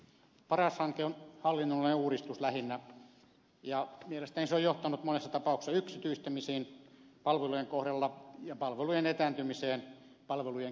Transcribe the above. paras hanke on lähinnä hallinnollinen uudistus ja mielestäni se on johtanut monessa tapauksessa yksityistämisiin palvelujen kohdalla ja palvelujen etääntymiseen palvelujen käyttäjistä